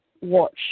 watch